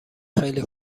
خیلی